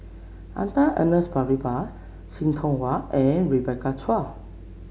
Arthur Ernest Percival See Tiong Wah and Rebecca Chua